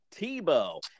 Tebow